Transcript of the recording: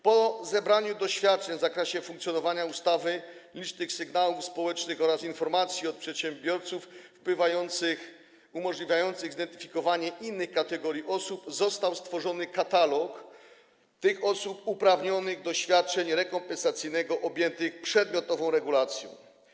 Po zebraniu doświadczeń w zakresie funkcjonowania ustawy, licznych sygnałów społecznych oraz informacji od przedsiębiorców wpływających, umożliwiających zidentyfikowanie innych kategorii osób, został stworzony katalog osób uprawnionych do świadczenia rekompensacyjnego objętych przedmiotową regulacją.